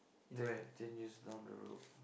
ten ten years down the road